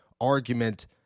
argument